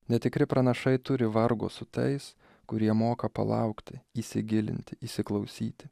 netikri pranašai turi vargo su tais kurie moka palaukti įsigilinti įsiklausyti